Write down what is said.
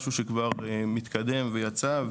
משהו שכבר מתקדם ויצא,